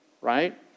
right